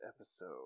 episode